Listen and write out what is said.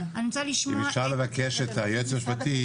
אם אפשר לבקש מהיועץ המשפטי,